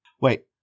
Wait